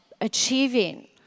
achieving